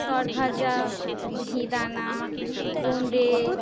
সরভাজা মিহিদানা বোঁদে